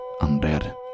undead